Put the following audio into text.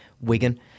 Wigan